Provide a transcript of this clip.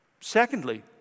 Secondly